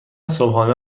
صبحانه